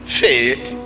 faith